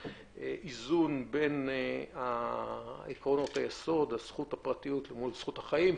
איזון בין עקרונות היסוד הזכות לפרטיות מול הזכות לחיים,